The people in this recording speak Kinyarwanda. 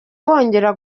wongera